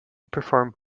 performed